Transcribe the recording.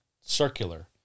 circular